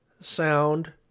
sound